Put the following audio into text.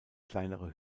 kleinere